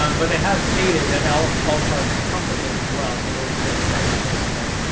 um but they have stated that like all card come with it as well, so there's there's kind of a mix there.